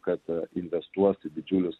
kad investuos į didžiulius